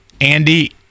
Andy